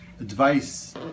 advice